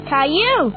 Caillou